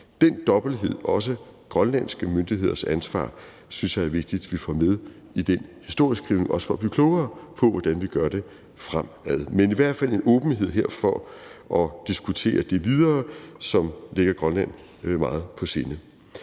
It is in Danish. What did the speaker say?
i forhold til også grønlandske myndigheders ansvar synes jeg det er vigtigt vi får med i den historieskrivning, også for at blive klogere på, hvordan vi gør det fremadrettet. Men der er i hvert fald herfra en åbenhed over for at diskutere det, som ligger Grønland meget på sinde,